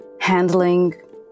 handling